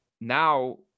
now